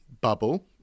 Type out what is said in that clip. bubble